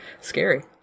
scary